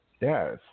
Yes